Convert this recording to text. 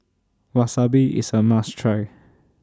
Wasabi IS A must Try